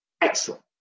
excellent